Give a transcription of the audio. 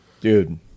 dude